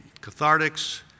cathartics